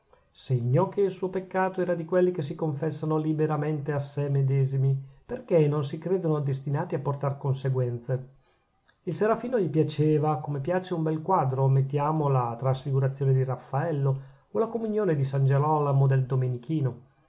segno che il suo peccato era di quelli che si confessano liberamente a sè medesimi perchè non si credono destinati a portar conseguenze il serafino gli piaceva come piace un bel quadro mettiamo la trasfigurazione di raffaello o la comunione di san gerolamo del domenichino